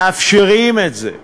שמאפשרים את זה.